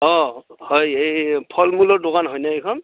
অ হয় এই ফলমূলৰ দোকান হয়নে এইখন